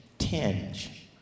tinge